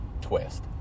twist